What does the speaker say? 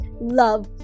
love